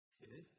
Okay